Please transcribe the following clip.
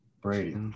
Brady